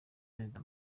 perezida